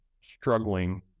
struggling